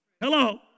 Hello